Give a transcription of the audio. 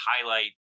highlight